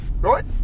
Right